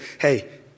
hey